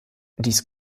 dies